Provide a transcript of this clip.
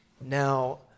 now